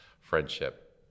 friendship